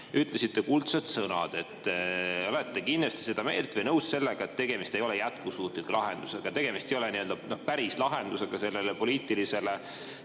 ütlesite kuldsed sõnad, et olete kindlasti seda meelt või nõus sellega, et tegemist ei ole jätkusuutliku lahendusega, tegemist ei ole päris lahendusega sellele poliitilisele